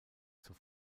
zur